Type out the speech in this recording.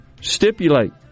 stipulate